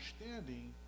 understanding